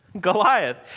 Goliath